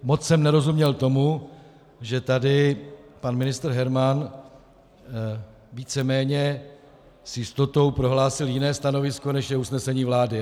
Moc jsem nerozuměl tomu, že tady pan ministr Herman víceméně s jistotou prohlásil jiné stanovisko, než je usnesení vlády.